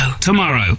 tomorrow